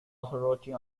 authority